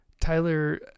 Tyler